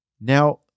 Now